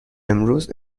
امروز